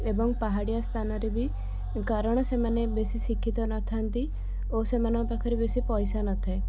ଏବଂ ପାହାଡ଼ିଆ ସ୍ଥାନରେ ବି କାରଣ ସେମାନେ ବେଶୀ ଶିକ୍ଷିତ ନଥାନ୍ତି ଓ ସେମାନଙ୍କ ପାଖରେ ବେଶୀ ପଇସା ନଥାଏ